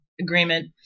agreement